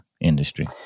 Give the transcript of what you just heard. industry